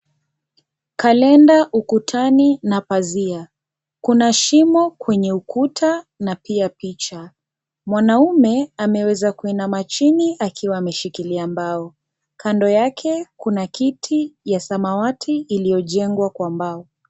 Kalenda ukutani na pazia. Kuna shimo kwenye ukuta na pia picha. Mwaume, ameweza kuinama chini akiwa ameshikilia mbao. Kando yake, kuna kiti ya samawati iliyojengwa kwa mbao.